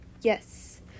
Yes